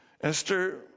Esther